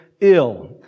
ill